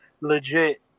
legit –